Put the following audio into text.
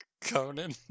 Conan